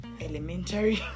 elementary